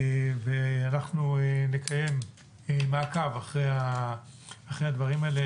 אנחנו נקיים מעקב אחר הדברים האלה,